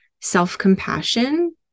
self-compassion